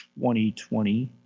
2020